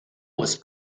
was